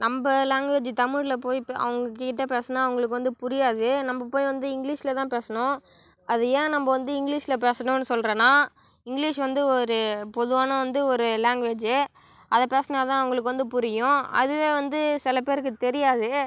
நம்ம லாங்குவேஜி தமிழில் போய்விட்டு அவங்க கிட்டே பேசுனால் அவர்களுக்கு வந்து புரியாது நம்ம போய் வந்து இங்கிலீஷில்தான் தான் பேசணும் அது ஏன் நம்ம வந்து இங்கிலிஷில் பேசணும் சொல்கிறேனா இங்கிலிஷ் வந்து ஒரு பொதுவான வந்து ஒரு லாங்குவேஜி அதை பேசுனால்தான் அவர்களுக்கு வந்து புரியும் அதுவே வந்து சில பேருக்கு தெரியாது